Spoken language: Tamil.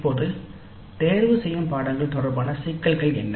இப்போது தேர்ந்தெடுக்கப்பட்ட பாடநெறிகள் தொடர்பான சிக்கல்கள் என்ன